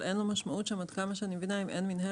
רק אין לו משמעות כי אין מינהלת.